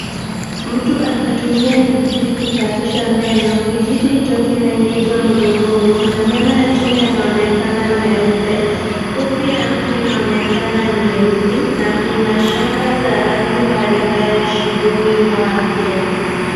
Mtu akitumia kijiti kusafisha meno. Kijiti hicho kimeingizwa mdomoni na meno ya chini yanaonekana meupe. Ngozi ya mtu inaonekana nyeusi na kuna shanga za rangi mbalimbali shingoni mwake.